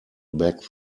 back